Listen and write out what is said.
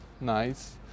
nice